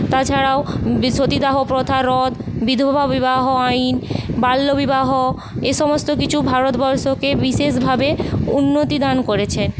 তাছাড়াও সতীদাহ প্রথা রদ বিধবা বিবাহ আইন বাল্যবিবাহ এই সমস্ত কিছু ভারতবর্ষকে বিশেষভাবে উন্নতিদান করেছে